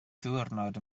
ddiwrnod